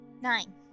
Nine